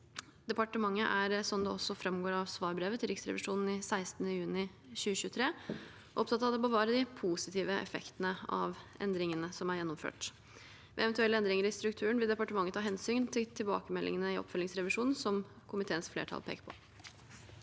Departementet er, slik det også framgår av svarbrevet til Riksrevisjonen av 16. juni 2023, opptatt av å bevare de positive effektene av endringene som er gjennomført. Ved eventuelle endringer i strukturen vil departementet ta hensyn til tilbakemeldingene i oppfølgingsrevisjonen, slik komiteens flertall peker på.